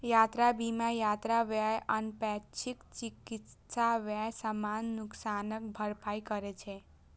यात्रा बीमा यात्रा व्यय, अनपेक्षित चिकित्सा व्यय, सामान नुकसानक भरपाई करै छै